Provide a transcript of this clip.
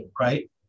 Right